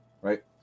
right